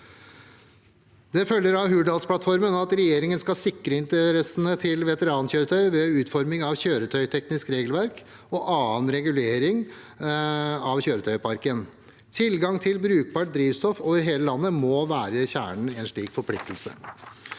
Det følger av Hurdalsplattformen at regjeringen skal sikre interessene til veterankjøretøy ved utforming av kjøretøyteknisk regelverk og annen regulering av kjøretøyparken. Tilgang til brukbart drivstoff over hele landet må være kjernen i en slik forpliktelse.